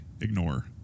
ignore